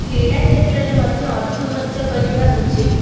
କ୍ରୀଡ଼ା କ୍ଷେତ୍ରରେ ମଧ୍ୟ ଅର୍ଥ ଖର୍ଚ୍ଚ କରିବା ଉଚିତ୍